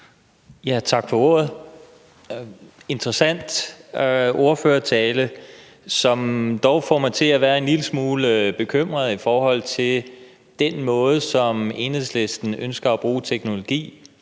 Det var en interessant ordførertale, som dog gør mig en lille smule bekymret i forhold til den måde, som Enhedslisten ønsker at bruge teknologi